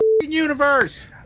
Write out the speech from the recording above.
universe